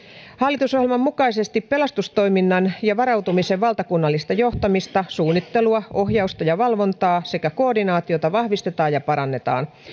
hallitusohjelman mukaisesti pelastustoiminnan ja varautumisen valtakunnallista johtamista suunnittelua ohjausta valvontaa ja koordinaatiota vahvistetaan ja parannetaan